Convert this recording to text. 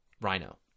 rhino